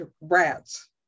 rats